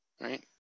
right